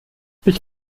ich